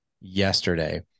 yesterday